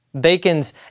Bacon's